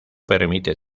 permite